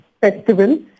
Festival